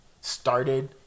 started